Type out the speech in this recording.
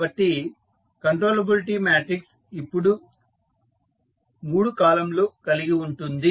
కాబట్టి controllability matrix ఇప్పుడు 3 column లు కలిగి ఉంటుంది